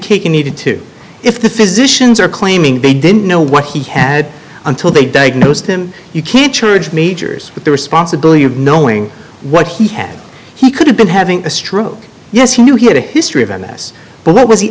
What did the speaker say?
taken needed to if the physicians are claiming they didn't know what he had until they diagnosed him you can't charge majors with the responsibility of knowing what he had he could have been having a stroke yes he knew he had a history of m s but what was he